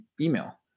email